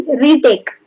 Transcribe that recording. retake